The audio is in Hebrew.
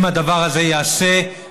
אם הדבר הזה ייעשה,